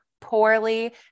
poorly